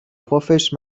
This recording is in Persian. پفش